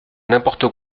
n’importe